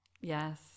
Yes